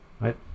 right